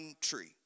tree